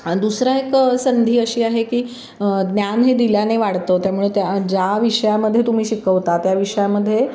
दुसरा एक संधी अशी आहे की ज्ञान हे दिल्याने वाढतं त्यामुळे त्या ज्या विषयामध्ये तुम्ही शिकवता त्या विषयामध्ये